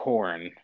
Corn